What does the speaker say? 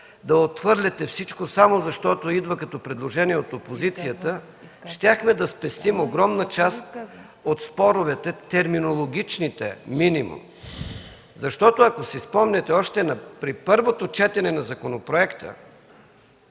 да отхвърляте всичко само защото идва като предложения от опозицията, щяхме да спестим огромна част от споровете, минимум терминологичните. Ако си спомняте, още на първото четене на законопроекта,